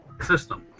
system